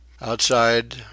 outside